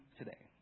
today